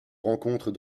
rencontre